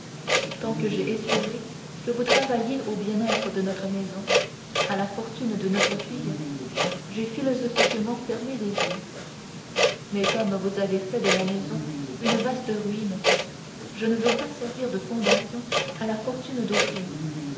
tant que j'ai espéré que vous travailliez au bien-être de notre maison à la fortune de notre fille j'ai philosophiquement fermé les yeux mais comme vous avez fait de la maison une vaste ruine je ne veux pas servir de fondation à la fortune d'autrui